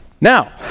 Now